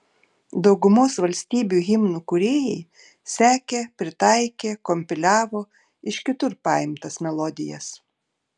daugumos valstybių himnų kūrėjai sekė pritaikė kompiliavo iš kitur paimtas melodijas